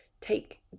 take